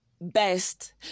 best